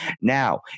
Now